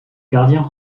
gardien